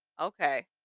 Okay